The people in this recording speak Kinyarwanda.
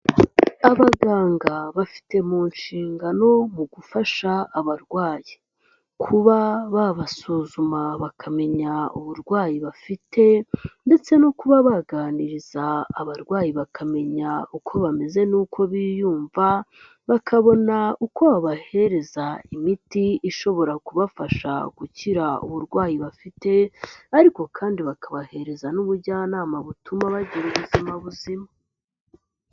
Abaganga bafite mu nshingano mu gufasha abarwayi, kuba babasuzuma bakamenya uburwayi bafite, ndetse no kuba baganiriza abarwayi bakamenya uko bameze n'uko biyumva, bakabona uko babahereza imiti ishobora kubafasha gukira uburwayi bafite, ariko kandi bakabahereza n'ubujyanama butuma bagira ubuzima buzima.